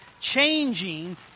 changing